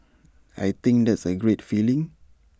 I think that's A great feeling